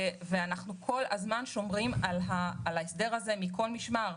אנחנו כל הזמן שומרים על ההסדר הזה מכל משמר.